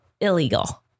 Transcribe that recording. illegal